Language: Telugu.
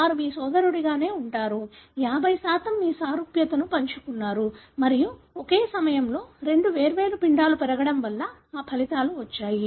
వారు మీ సోదరుడిలాగానే ఉంటారు 50 మీరు సారూప్యతను పంచుకున్నారు మరియు ఒకే సమయంలో రెండు వేర్వేరు పిండాలు పెరగడం వల్ల ఆ ఫలితాలు వచ్చాయి